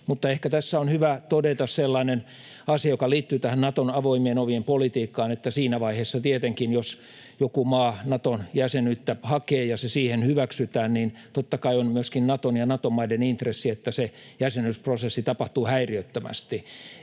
mutta ehkä tässä on hyvä todeta sellainen asia, joka liittyy tähän Naton avoimien ovien politiikkaan, että siinä vaiheessa tietenkin, jos joku maa Naton jäsenyyttä hakee ja se siihen hyväksytään, on myöskin Naton ja Nato-maiden intressi, että se jäsenyysprosessi tapahtuu häiriöttömästi.